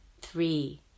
Three